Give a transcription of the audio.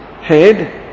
head